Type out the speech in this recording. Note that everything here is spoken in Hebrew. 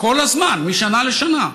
כל הזמן, משנה לשנה.